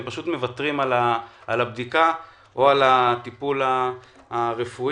פשוט מוותרים על הבדיקה או על הטיפול הרפואי.